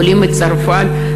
עולים מצרפת,